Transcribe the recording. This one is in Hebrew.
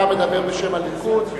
אתה מדבר בשם הליכוד.